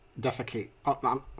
defecate